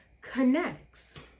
connects